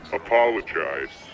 apologize